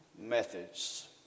methods